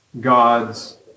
God's